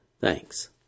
Thanks